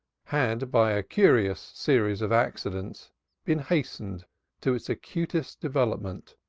had by a curious series of accidents been hastened to its acutest development